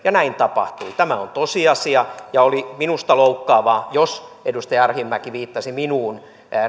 ja näin tapahtui tämä on tosiasia ja oli minusta loukkaavaa jos edustaja arhinmäki viittasi minuun